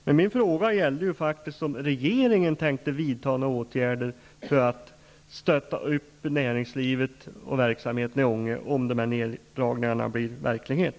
Men min fråga gällde faktiskt om regeringen tänkte vidta några åtgärder för att stötta näringslivet och verksamheten i Ånge om neddragningarna blir verklighet.